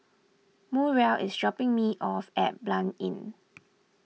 Muriel is dropping me off at Blanc Inn